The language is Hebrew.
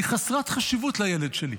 היא חסרת חשיבות לילד שלי.